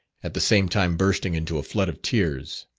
at the same time bursting into a flood of tears.